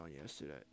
yesterday